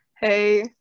Hey